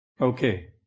Okay